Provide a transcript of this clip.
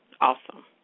awesome